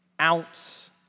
ounce